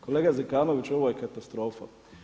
Kolega Zekanović, ovo je katastrofa.